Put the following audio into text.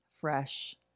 fresh